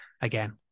again